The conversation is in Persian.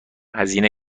هزینه